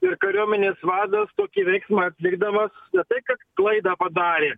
ir kariuomenės vadas tokį veiksmą atlikdamas ne tai kad klaidą padarė